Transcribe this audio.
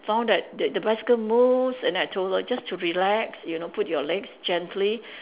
found that the the bicycle moves and then I told her just to relax you know put your legs gently